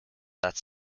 that